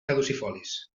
caducifolis